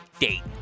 date